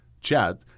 chat